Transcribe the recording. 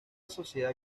sociedad